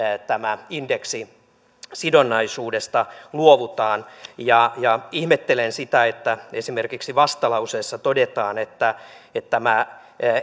tästä indeksisidonnaisuudesta luovutaan ihmettelen sitä että esimerkiksi vastalauseessa todetaan että että tämä